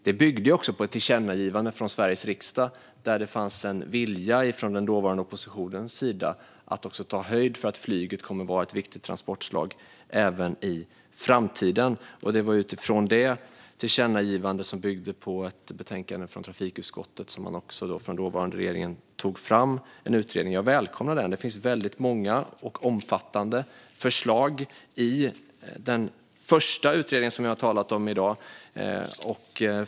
Det byggde på ett tillkännagivande från Sveriges riksdag, där det fanns en vilja från den dåvarande oppositionens sida att ta höjd för att flyget kommer att vara ett viktigt transportslag även i framtiden. Det var utifrån det tillkännagivandet, som byggde på ett betänkande från trafikutskottet, som den dåvarande regeringen tog fram en utredning. Jag välkomnar den. Det finns väldigt många och omfattande förslag i den första utredningen, som jag har talat om i dag.